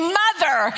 mother